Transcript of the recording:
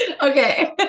Okay